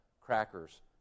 crackers